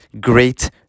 great